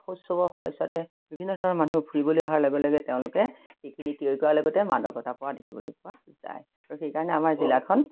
সময়ছোৱাতে বিভিন্ন ধৰণৰ মানুহ ফুৰিবলৈ অহাৰ লগে লগে তেওঁলোকে সেইখিনি ক্ৰয় কৰাৰ লগতে মাদকতা পোৱা দেখিবলৈ পোৱা যায় আৰু সেইকাৰণে আমাৰ জিলাখন